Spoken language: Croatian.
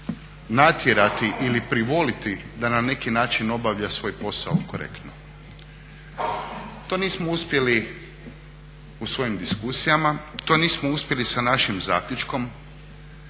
natjerati ili privoliti da na neki način obavlja svoj posao korektno. To nismo uspjeli u svojim diskusijama, to nismo uspjeli sa našim zaključkom.